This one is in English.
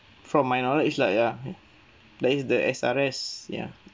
from my knowledge lah ya that is the S_R_S ya